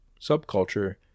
subculture